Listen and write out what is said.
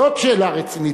זאת שאלה רצינית.